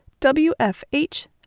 WFH